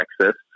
Texas